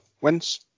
wins